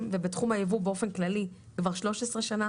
ובתחום הייבוא באופן כללי כבר 13 שנה.